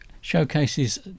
showcases